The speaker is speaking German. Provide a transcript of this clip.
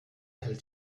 hält